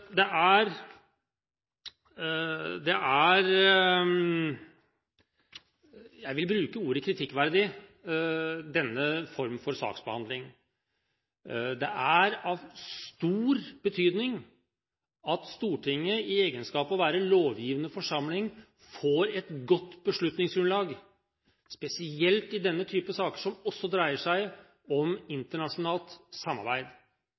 for saksbehandling er – jeg vil bruke ordet – kritikkverdig. Det er av stor betydning at Stortinget, i egenskap av å være lovgivende forsamling, får et godt beslutningsgrunnlag, spesielt i denne type saker, som også dreier seg om internasjonalt samarbeid.